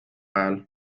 ajal